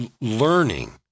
learning